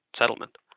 settlement